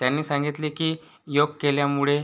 त्यांनी सांगितले की योग केल्यामुळे